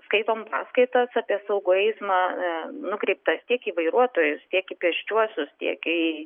skaitom paskaitas apie saugų eismą nukreiptas tiek į vairuotojus tiek į pėsčiuosius tiek į